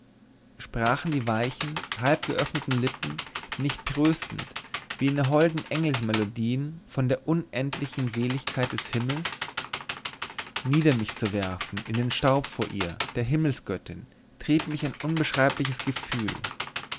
sprachen die weichen halbgeöffneten lippen nicht tröstend wie in holden engels melodien von der unendlichen seligkeit des himmels nieder mich zu werfen in den staub vor ihr der himmels königin trieb mich ein unbeschreibliches gefühl